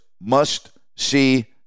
must-see